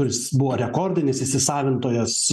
kuris buvo rekordinis įsisavintojas